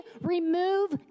remove